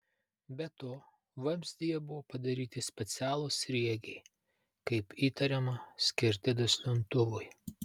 be to vamzdyje buvo padaryti specialūs sriegiai kaip įtariama skirti duslintuvui